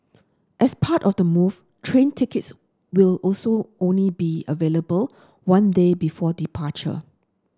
as part of the move train tickets will also only be available one day before departure